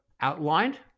outlined